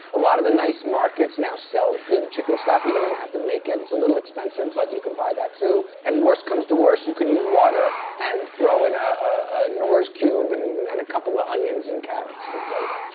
a lot of the nice markets now sell good chicken stock. you don't i mean even have to make it. it's a little expensive, but you can buy that, too. and worse comes to worst, you could use water and throw in a a knorr's cube and and a couple of onions and carrots for flavor.